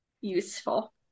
useful